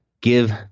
give